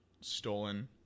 stolen